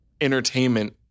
Entertainment